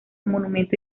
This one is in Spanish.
monumento